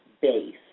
base